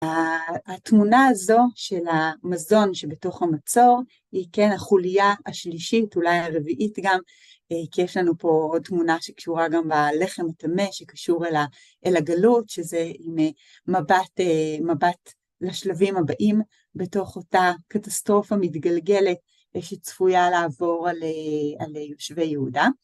התמונה הזו של המזון שבתוך המצור היא כן החוליה השלישית, אולי הרביעית גם כי יש לנו פה עוד תמונה שקשורה גם בלחם הטמא שקשור אל הגלות, שזה עם מבט לשלבים הבאים בתוך אותה קטסטרופה מתגלגלת שצפויה לעבור על יושבי יהודה.